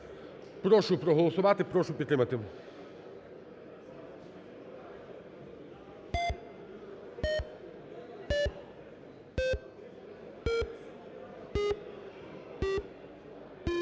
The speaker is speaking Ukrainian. Прошу проголосувати, прошу підтримати.